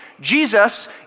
Jesus